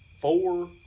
Four